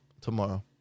tomorrow